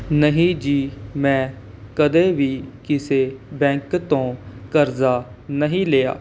ਨਹੀਂ ਜੀ ਮੈਂ ਕਦੇ ਵੀ ਕਿਸੇ ਬੈਂਕ ਤੋਂ ਕਰਜ਼ਾ ਨਹੀਂ ਲਿਆ